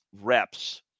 reps